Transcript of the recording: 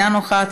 אינה נוכחת,